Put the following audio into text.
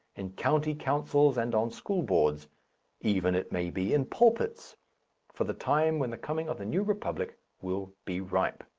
in county councils and on school boards even, it may be, in pulpits for the time when the coming of the new republic will be ripe.